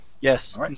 Yes